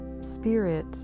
Spirit